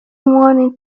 wanted